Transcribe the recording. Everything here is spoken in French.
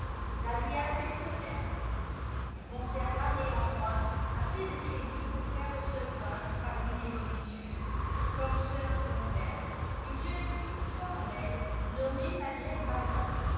la lui avait fait perdre il conserva néanmoins assez de crédit pour faire recevot parmi les religieuses comme si converse une jeune fille fort belle nommée madeleînebavaii